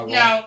no